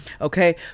Okay